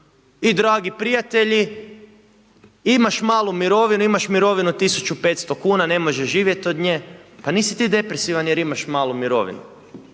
I dragi prijatelji, imaš malu mirovinu, imaš mirovinu od 1500 kn, ne možeš živjeti od nje, pa nisi ti depresivan jer imaš malu mirovinu,